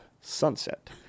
sunset